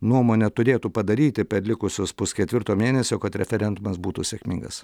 nuomone turėtų padaryti per likusius pusketvirto mėnesio kad referendumas būtų sėkmingas